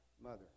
mother